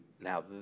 Now